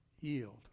yield